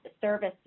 service